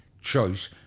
choice